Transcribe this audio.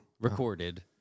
Recorded